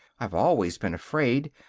i've always been afraid.